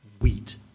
wheat